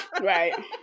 Right